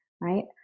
right